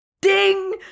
Ding